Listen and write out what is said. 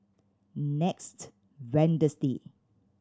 next Wednesday